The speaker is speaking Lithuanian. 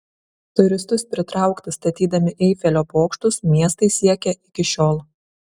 turistus pritraukti statydami eifelio bokštus miestai siekia iki šiol